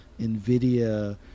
NVIDIA